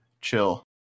chill